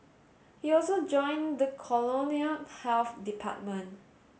he also joined the colonial health department